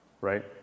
right